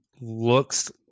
looks